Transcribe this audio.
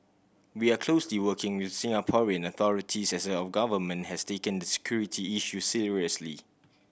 we are closely working with Singaporean authorities as our government has taken the security issue seriously